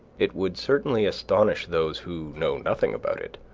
it would certainly astonish those who know nothing about it.